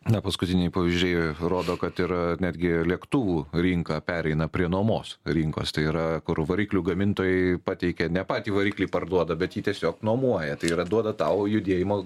na paskutiniai pavyzdžiai rodo kad ir netgi lėktuvų rinka pereina prie nuomos rinkos tai yra kur variklių gamintojai pateikia ne patį variklį parduoda bet jį tiesiog nuomoja tai yra duoda tau judėjimo